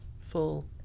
full